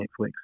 Netflix